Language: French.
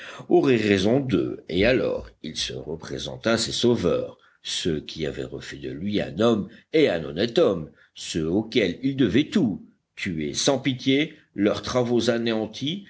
auraient raison d'eux et alors il se représenta ses sauveurs ceux qui avaient refait de lui un homme et un honnête homme ceux auxquels il devait tout tués sans pitié leurs travaux anéantis